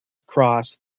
across